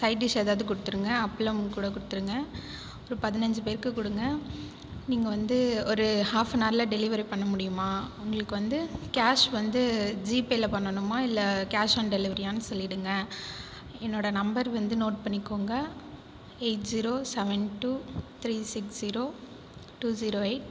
side dish ஏதாவது கொடுத்துடுங்க அப்பளம் கூடக் கொடுத்துடுங்க அப்புறம் பதினஞ்சு பேருக்கு கொடுங்க நீங்கள் வந்து ஒரு ஹாஃப் அன் அவரில் டெலிவரி பண்ண முடியுமா உங்களுக்கு வந்து கேஷ் வந்து ஜீபேயில் பண்ணணும்மா இல்லை கேஷ் ஆன் டெலிவரியானு சொல்லிவிடுங்க என்னோடய நம்பர் வந்து நோட் பண்ணிக்கோங்க eight zero seven two three six zero two zero eight